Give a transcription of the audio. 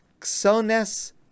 Xones